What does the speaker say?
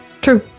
True